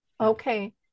okay